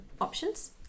options